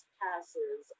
passes